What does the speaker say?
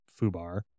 Fubar